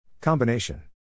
Combination